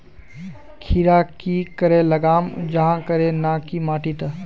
खीरा की करे लगाम जाहाँ करे ना की माटी त?